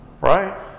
right